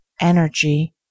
Energy